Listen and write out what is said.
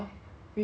with like